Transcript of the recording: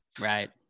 right